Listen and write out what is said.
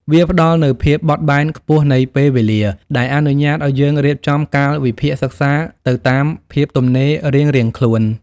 វាផ្ដល់នូវភាពបត់បែនខ្ពស់នៃពេលវេលា ដែលអនុញ្ញាតឱ្យយើងរៀបចំកាលវិភាគសិក្សាទៅតាមភាពទំនេររៀងៗខ្លួន។